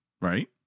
right